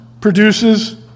produces